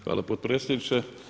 Hvala potpredsjedniče.